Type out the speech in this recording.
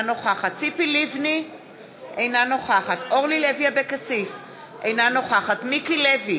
אינה נוכחת ציפי לבני,